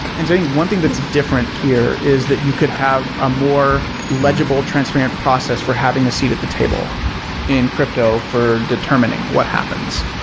and i think one thing that's different here is that you could have a more legible, transparent process for having a seat at the table in crypto for determining what happens.